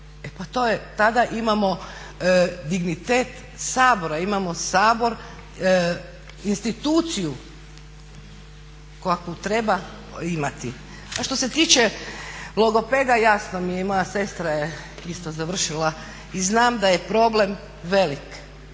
e pa to je, tada imamo dignitet Sabora, imamo Sabor, instituciju kakvu treba imati. A što se tiče logopeda jasno mi je i moja sestra je isto završila i znam da je problem veliki.